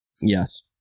Yes